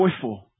joyful